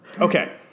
Okay